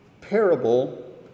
parable